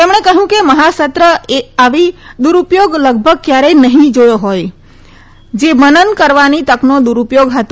તેમણે કહ્યું કે મહાસત્રએ આવી દુરૂપયોગ લગભગ ક્યારેય નહીં જોયો હોય જે મનન કરવાની તકનો દુરૂપયોગ હતો